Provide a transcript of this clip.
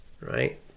right